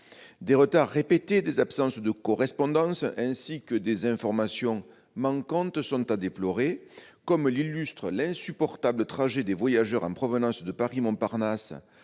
Des retards répétés, des absences de correspondances, ainsi que des informations manquantes sont à déplorer, comme l'illustre l'insupportable trajet des voyageurs en provenance de Paris-Montparnasse